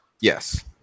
Yes